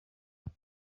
leta